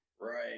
Right